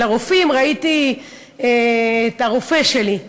ראיתי את הרופא שלי.